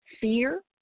Fear